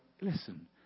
Listen